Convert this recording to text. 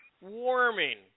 warming